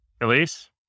Elise